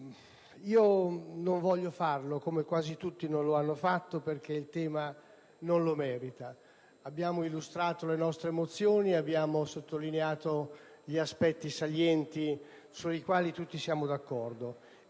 io non voglio farlo, come quasi tutti non lo hanno fatto, perché il tema non lo merita. Abbiamo illustrato le nostre mozioni, abbiamo sottolineato gli aspetti salienti sui quali tutti siamo d'accordo